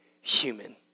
human